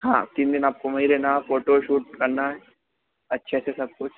हाँ तीन दिन आपको वहीं रहना हो फोटोशूट करना है अच्छे से सब कुछ